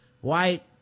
white